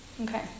Okay